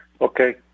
Okay